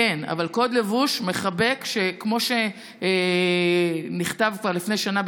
כן, אבל קוד לבוש מחבק כמו שנכתב כבר לפני שנה.